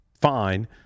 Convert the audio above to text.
fine